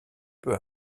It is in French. peu